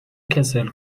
کسل